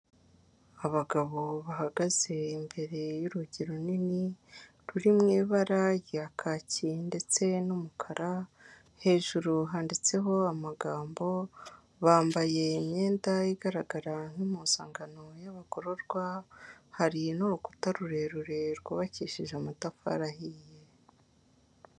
Abagabo bahagaze imbere y'urugi runini ruri mu ibara rya kacyi ndetse n'umukara hejuru handitseho amagambo, bambaye imyenda igaragara nk'impuzankano y'abagororwa hari n'urukuta rurerure rwubakishije amatafari ahiye.